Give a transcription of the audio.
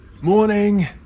Morning